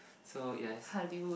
so yes